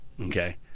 Okay